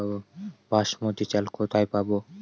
বাসমতী চাল কোথায় পাবো?